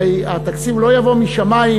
הרי התקציב לא יבוא משמים,